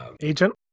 Agent